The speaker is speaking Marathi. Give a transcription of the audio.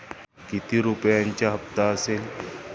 किती रुपयांचा हप्ता असेल?